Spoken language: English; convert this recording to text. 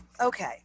Okay